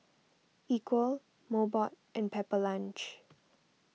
Equal Mobot and Pepper Lunch